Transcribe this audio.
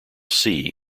sea